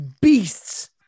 beasts